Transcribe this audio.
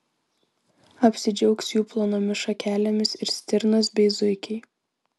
apsidžiaugs jų plonomis šakelėmis ir stirnos bei zuikiai